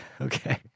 Okay